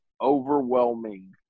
overwhelming